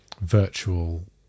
virtual